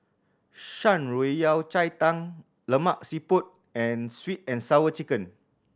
Shan Rui Yao Cai Tang Lemak Siput and Sweet And Sour Chicken